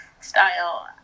style